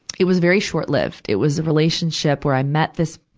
it was very short-lived. it was a relationship where i met this,